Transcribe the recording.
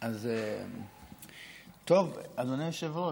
אדוני היושב-ראש,